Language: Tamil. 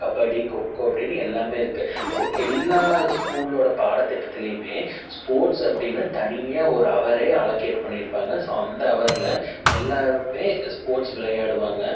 கபடி கொக்கோ அப்படின்னு எல்லாமே இருக்குது ஸோ எல்லா ஸ்கூலோட பாடத்திட்டத்துலேயுமே ஸ்போர்ட்ஸ் அப்படின்னு தனியாக ஒரு ஹவரே அலோகேட் பண்ணியிருப்பாங்க ஸோ அந்த ஹவரில் எல்லாேருமே ஸ்போர்ட்ஸ் விளையாடுவாங்க